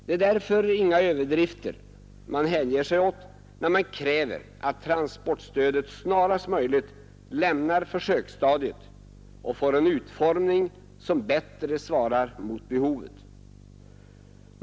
Det är därför inga överdrifter man hänger sig åt, när man kräver att transportstödet snarast möjligt lämnar försöksstadiet och får en utformning som bättre svarar mot behovet.